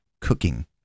cooking